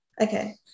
Okay